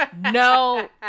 No